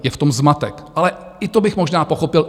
Je v tom zmatek, ale i to bych možná pochopil.